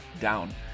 down